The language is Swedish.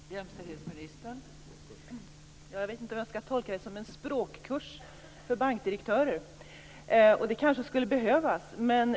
Fru talman! Jag vet inte om jag skall tolka det som en språkkurs för bankdirektörer. Det kanske skulle behövas.